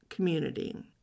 community